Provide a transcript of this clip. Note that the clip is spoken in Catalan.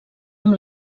amb